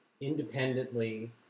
independently